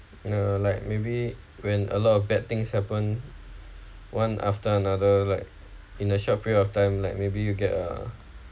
uh like maybe when a lot of bad things happen one after another like in a short period of time like maybe you get a